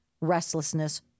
restlessness